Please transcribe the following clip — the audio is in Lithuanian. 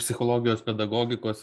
psichologijos pedagogikos